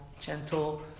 gentle